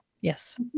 Yes